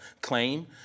claim